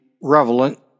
relevant